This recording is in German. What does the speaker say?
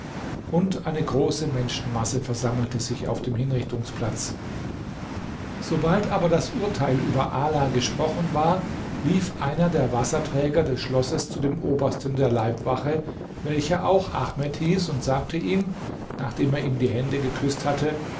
und eine große menschenmasse versammelte sich auf dem hinrichtungsplatz sobald aber das urteil über ala gesprochen war lief einer der wasserträger des schlosses zu dem obersten der leibwache welcher auch ahmed hieß und sagte ihm nachdem er ihm die hände geküßt hatte